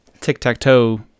tic-tac-toe